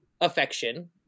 affection